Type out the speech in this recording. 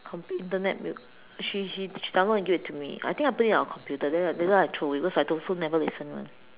compu~ internet mu~ she she she download it and give it to me I think I put it on the computer then then I throw it away cause I don't also never listen [one]